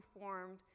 formed